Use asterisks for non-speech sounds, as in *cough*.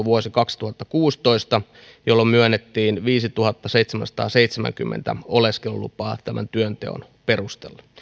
*unintelligible* vuosi kaksituhattakuusitoista jolloin myönnettiin viisituhattaseitsemänsataaseitsemänkymmentä oleskelulupaa työnteon perusteella